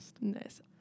Nice